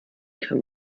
kann